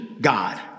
God